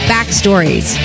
Backstories